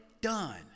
done